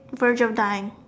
verge of dying